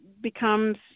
becomes